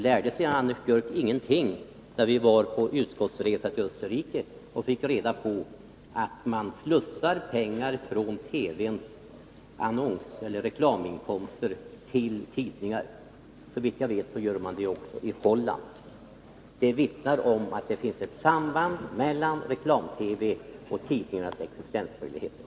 Lärde sig inte Anders Björck någonting, när vi var på utskottsresa till Österrike? Vi fick då reda på att man slussar pengar från TV:s reklaminkomster till tidningarna. Såvitt jag vet gör man det också i Holland. Det vittnar om att det finns ett samband mellan reklam-TV och tidningarnas existensmöjligheter.